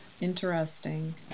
Interesting